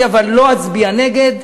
אבל לא אצביע נגד,